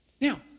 Now